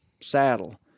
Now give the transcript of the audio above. saddle